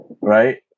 right